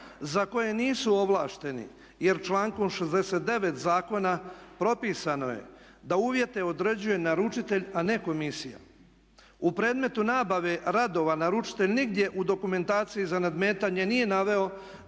za koje nisu ovlašteni jer člankom 69.zakona propisano je da uvijete određuje naručitelj a ne komisija. U predmetu nabave radova naručitelj nigdje u dokumentaciji za nadmetanje nije naveo